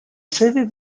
sede